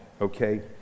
Okay